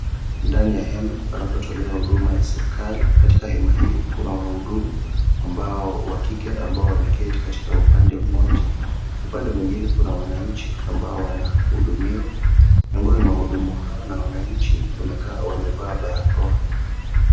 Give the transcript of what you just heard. Ndani ya hema panapotolewa huduma ya serikali. Katika hema hili kuna wahudumu ambao wa kike ambao wameketi katika upande mmoja. Upande mwengine kuna wananchi ambao wanahudumiwa. Miongoni mwa wahudumu hawa na wananchi wamevaa barakoa.